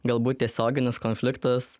galbūt tiesioginis konfliktas